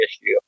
issue